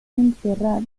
enterrada